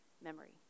memory